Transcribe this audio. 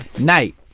Night